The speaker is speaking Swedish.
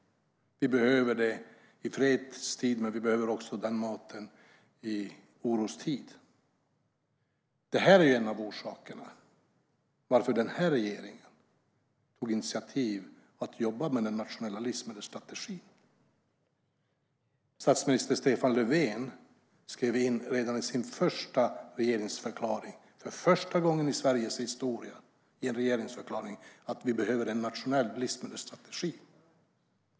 Vi behöver mat i fredstid och också i orostid. Det var en av orsakerna till att den här regeringen tog initiativ till att jobba med den nationella livsmedelsstrategin. Redan i sin första regeringsförklaring skrev statsminister Stefan Löfven in, för första gången i en regeringsförklaring i Sveriges historia, att vi behöver en nationell livsmedelsstrategi.